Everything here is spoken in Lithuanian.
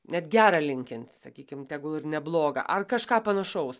net gera linkint sakykim tegul ir ne bloga ar kažką panašaus